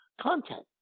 content